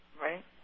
Right